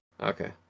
Okay